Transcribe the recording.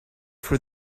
for